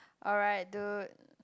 alright dude